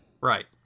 Right